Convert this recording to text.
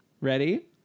ready